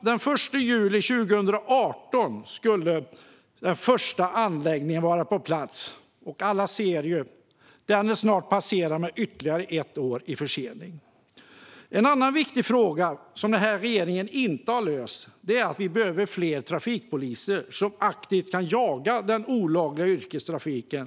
Den 1 juli 2018, fru talman, skulle den första anläggningen ha varit på plats, och alla kan se att det snart har blivit ytterligare ett års försening. En annan viktig fråga som regeringen inte har löst är att det behövs fler trafikpoliser som aktivt kan jaga den olagliga yrkestrafiken.